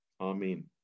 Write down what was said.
Amen